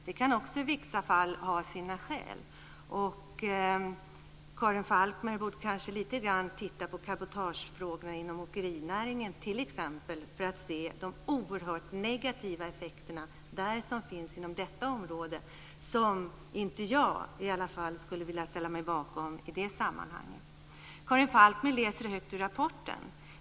Det kan i vissa fall ha sina skäl. Karin Falkmer borde kanske lite grann titta på cabotagefrågorna inom åkerinäringen t.ex. för att se de oerhörda negativa effekter som finns inom detta område som i varje fall inte jag skulle vilja ställa mig bakom i det sammanhanget. Karin Falkmer läser högt i rapporten.